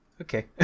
okay